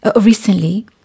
Recently